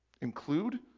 include